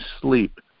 sleep